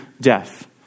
death